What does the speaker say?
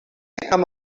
amb